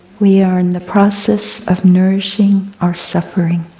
we are in the process of nourishing our suffering.